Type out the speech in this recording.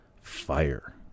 Fire